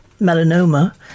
melanoma